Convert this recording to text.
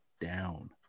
down